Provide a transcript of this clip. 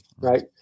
right